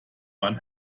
mann